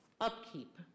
upkeep